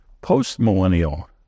post-millennial